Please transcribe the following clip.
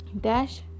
dash